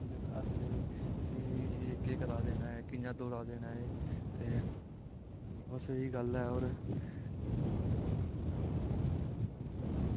उंदे पर हसदे हे की कियां करा दे नै कियां दौड़ा दे नै ते ओह् स्हेई गल्ल ऐ और